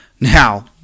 Now